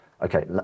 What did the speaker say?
Okay